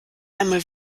einmal